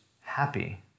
happy